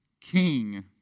king